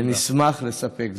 ונשמח לספק זאת.